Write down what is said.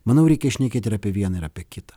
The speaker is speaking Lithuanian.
manau reikia šnekėti ir apie vieną ir apie kitą